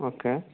okay